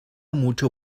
mucho